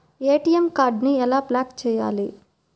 ATM కార్డుని ఎలా block చేయాలి?